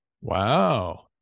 Wow